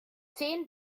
zehn